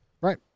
Right